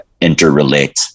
interrelate